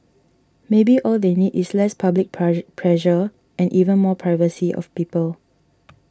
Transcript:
maybe all they need is less public pressure and even more privacy of people